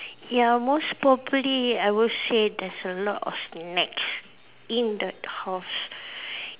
ya most probably I would say there's a lot of snacks in that house